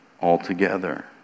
Altogether